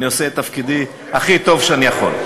אני עושה את תפקידי הכי טוב שאני יכול.